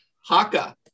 haka